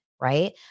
right